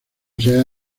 sea